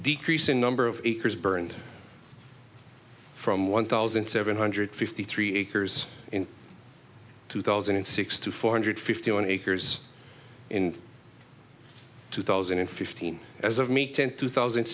decreasing number of acres burned from one thousand seven hundred fifty three acres in two thousand and six to four hundred fifty one acres in two thousand and fifteen as of me ten two thousand